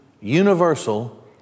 universal